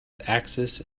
axis